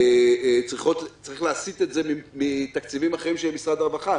צריך להסיט את זה מתקציבים אחרים של משרד הרווחה.